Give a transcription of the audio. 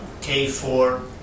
K4